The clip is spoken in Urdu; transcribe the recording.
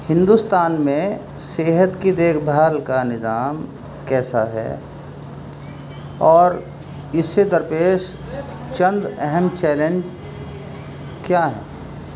ہندوستان میں صحت کی دیکھ بھال کا نظام کیسا ہے اور اس سے درپیش چند اہم چیلنج کیا ہیں